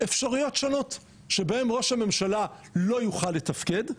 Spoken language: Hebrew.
אפשרויות שונות שבהם ראש הממשלה לא יוכל לתפקד,